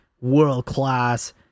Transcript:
world-class